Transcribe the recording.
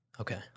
Okay